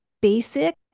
basic